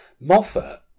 Moffat